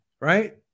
Right